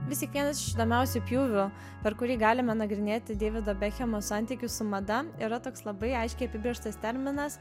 vis tik vienas iš įdomiausių pjūvių per kurį galime nagrinėti deivido bekhemo santykį su mada yra toks labai aiškiai apibrėžtas terminas